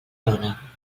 lona